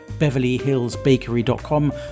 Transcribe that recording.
beverlyhillsbakery.com